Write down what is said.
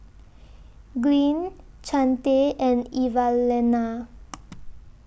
Glynn Chante and Evalena